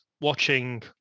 watching